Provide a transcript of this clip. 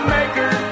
Maker